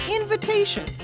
invitation